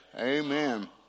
Amen